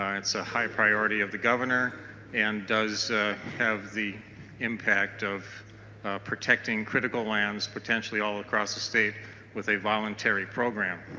it's a high priority of the governorand and does have the impact of protecting critical lands potentially all across the state with a voluntary program.